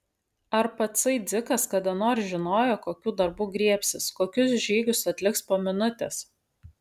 ar patsai dzikas kada nors žinojo kokių darbų griebsis kokius žygius atliks po minutės